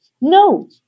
No